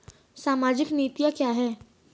सामाजिक नीतियाँ क्या हैं?